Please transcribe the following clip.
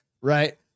right